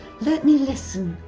let me listen.